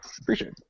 appreciate